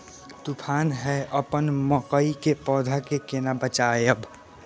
तुफान है अपन मकई के पौधा के केना बचायब?